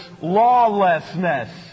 lawlessness